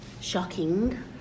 shocking